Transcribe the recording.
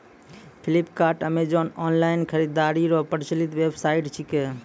Flipkart Amazon online खरीदारी रो प्रचलित वेबसाइट छिकै